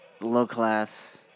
low-class